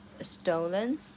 stolen